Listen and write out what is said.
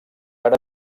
per